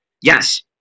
Yes